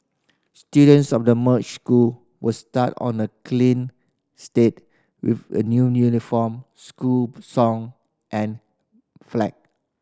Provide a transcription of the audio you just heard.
students of the merged school will start on a clean slate with a new uniform school song and flag